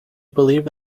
believe